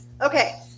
Okay